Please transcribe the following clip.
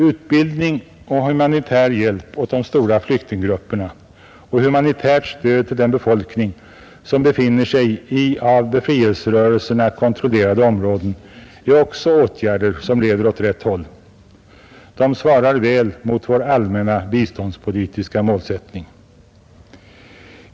Utbildning och humanitär hjälp åt de stora flyktinggrupperna och humanitärt stöd till den befolkning som befinner sig i av befrielserörelser kontrollerade områden är också åtgärder som leder åt rätt håll. Detta svarar väl mot vår allmänna biståndspolitiska målsättning.